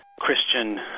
Christian